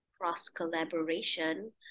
Cross-collaboration